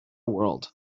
world